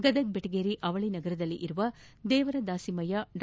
ಗದಗ ಬೆಟಬೇರಿ ಅವಳಿ ನಗರದಲ್ವಿರುವ ದೇವರ ದಾಸಿಯಯ್ಯ ಡಾ